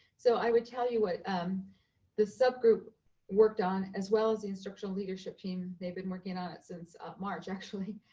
so i will tell you what um the subgroup worked on, as well as the instructional leadership team. they've been working on it since march, actually